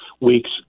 weeks